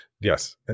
Yes